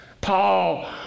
Paul